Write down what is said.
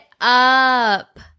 up